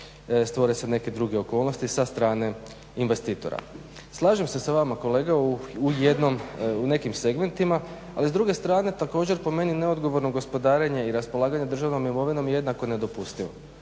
stvore se neke druge okolnosti sa strane investitora. Slažem se s vama kolega u nekim segmentima, ali s druge strane također po meni neodgovorno gospodarenje i raspolaganje državnom imovinom je jednako nedopustivo.